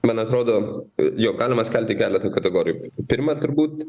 man atrodo jog galima skelti keletą kategorijų pirma turbūt